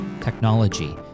technology